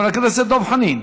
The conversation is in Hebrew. חבר הכנסת דב חנין.